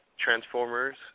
Transformers